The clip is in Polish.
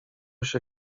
się